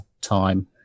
time